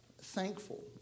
thankful